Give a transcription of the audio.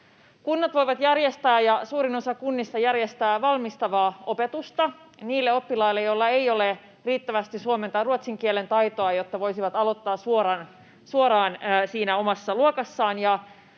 Kunnat voivat järjestää — ja suurin osa kunnista järjestää — valmistavaa opetusta niille oppilaille, joilla ei ole riittävästi suomen tai ruotsin kielen taitoa, jotta he voisivat aloittaa suoraan omassa luokassaan.